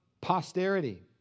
posterity